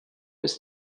ist